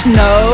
no